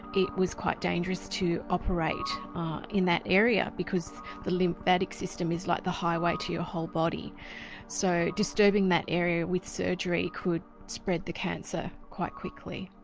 it was quite dangerous to operate in that area because the lymphatic system is like the highway to your whole body so disturbing that area with surgery could spread the cancer quite quickly.